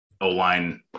O-line